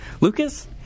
Lucas